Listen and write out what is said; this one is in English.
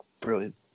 brilliant